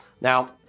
Now